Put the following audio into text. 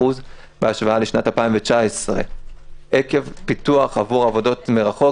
בהשוואה לשנת 2019 עקב פיתוח עבור עבודות מרחוק,